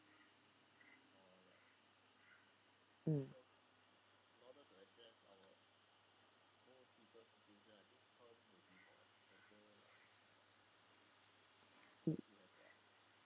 mm mm